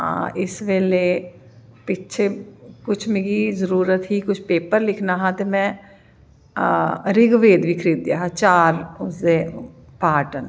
इस बेल्ले पिच्चें कुश मिगी जरूरत ही पेपर लिखनां हा ते में रिग्वेद बी खऱीदेआ हा चार ओह्दे पार्ट न